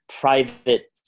private